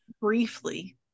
briefly